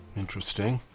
interesting.